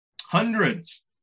hundreds